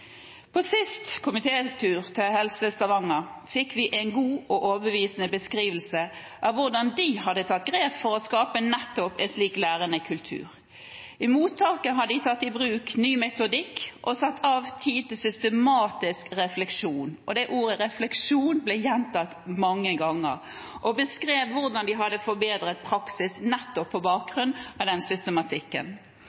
På siste komitétur til Helse Stavanger fikk vi en god og overbevisende beskrivelse av hvordan de hadde tatt grep for å skape nettopp en slik lærende kultur. I mottaket har de tatt i bruk ny metodikk og satt av tid til systematisk refleksjon – ordet «refleksjon» ble gjentatt mange ganger – og de beskrev hvordan de hadde forbedret praksis nettopp på